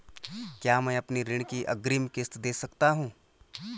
क्या मैं अपनी ऋण की अग्रिम किश्त दें सकता हूँ?